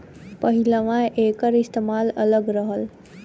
पहिलवां एकर इस्तेमाल अलग रहल